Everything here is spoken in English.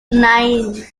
nine